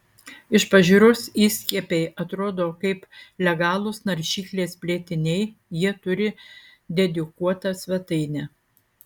iš pažiūros įskiepiai atrodo kaip legalūs naršyklės plėtiniai jie turi dedikuotą svetainę